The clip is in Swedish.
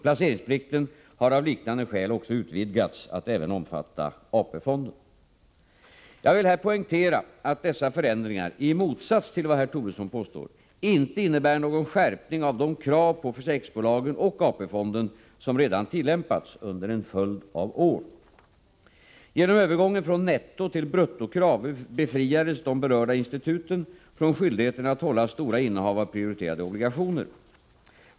Placeringsplikten har av liknande skäl också utvidgats att även omfatta AP-fonden. Jag vill här poängtera att dessa förändringar — i motsats till vad herr Tobisson påstår — inte innebär någon skärpning av de krav på försäkringsbolagen och AP-fonden som redan tillämpats under en följd av år. Genom övergången från nettotill bruttokrav befriades de berörda instituten från skyldigheten att hålla stora innehav av prioriterade obligationer.